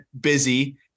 busy